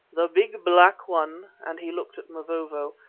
the big black one, and he looked at mavovo,